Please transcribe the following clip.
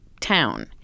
town